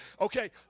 Okay